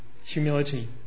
humility